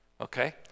Okay